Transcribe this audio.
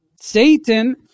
Satan